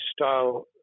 style